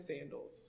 sandals